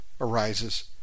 arises